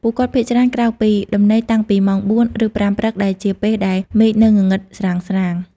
ពួកគាត់ភាគច្រើនក្រោកពីដំណេកតាំងពីម៉ោង ៤ ឬ ៥ ព្រឹក ដែលជាពេលដែលមេឃនៅងងឹតស្រាងៗ។